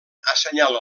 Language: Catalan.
assenyala